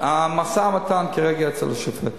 שהמשא-ומתן כרגע אצל השופטת.